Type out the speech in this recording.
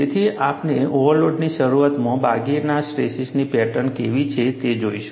તેથી આપણે ઓવરલોડની શરૂઆતમાં બાકીના સ્ટ્રેસની પેટર્ન કેવી છે તે જોઈશું